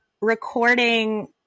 recording